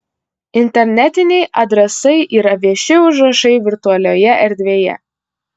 internetiniai adresai yra vieši užrašai virtualioje erdvėje